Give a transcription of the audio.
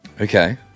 okay